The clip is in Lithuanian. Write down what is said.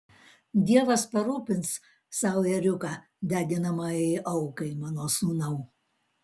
dievas parūpins sau ėriuką deginamajai aukai mano sūnau